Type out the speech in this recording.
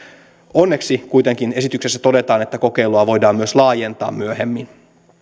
onneksi kuitenkin esityksessä todetaan että kokeilua voidaan myös laajentaa myöhemmin